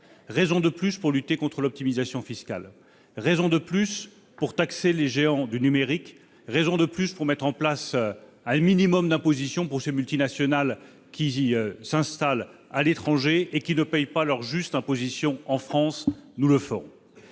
Raison de plus pour lutter contre l'optimisation fiscale, raison de plus pour taxer les géants du numérique, raison de plus pour mettre en place un minimum d'imposition pour ces multinationales qui s'installent à l'étranger et ne payent pas leur juste imposition en France. Nous le ferons.